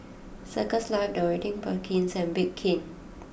Circles Life Dorothy Perkins and Bake King